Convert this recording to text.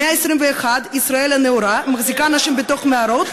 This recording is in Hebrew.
במאה ה-21 ישראל הנאורה מחזיקה אנשים בתוך מערות,